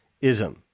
ism